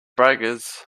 braggers